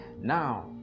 Now